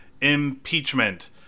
impeachment